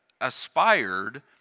aspired